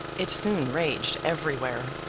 it soon raged everywhere.